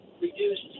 reduced